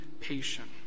patient